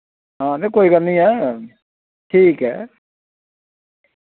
हां ते कोई गल्ल नी ऐ ठीक ऐ